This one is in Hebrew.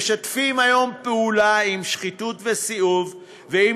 משתפים היום פעולה עם שחיתות וסיאוב ועם